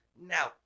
No